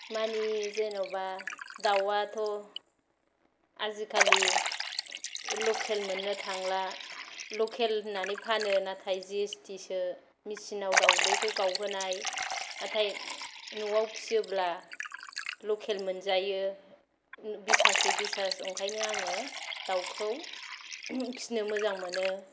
मानि जेन'बा दाउआथ' आजिखालि लकेल मोननो थांला लकेल होननानै फानो नाथाय जि एस थि सो मिसिनाव दाउदैखौ गावहोनाय नाथाय न'आव फियोब्ला लकेल मोनजायो बिसासयै बिसास ओंखायनो आङो दाउखौ फिनो मोजां मोनो